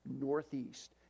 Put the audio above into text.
northeast